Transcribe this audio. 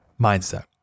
mindset